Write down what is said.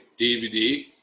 DVD